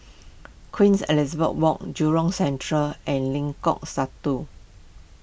Queen Elizabeth Walk Jurong Central and Lengkong Satu